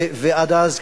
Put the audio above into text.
ועד אז,